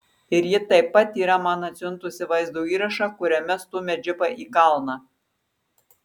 ir ji taip pat yra man atsiuntusi vaizdo įrašą kuriame stumia džipą į kalną